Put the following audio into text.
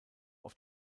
auf